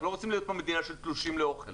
אנחנו לא רוצים להיות פה מדינה של תלושים לאוכל,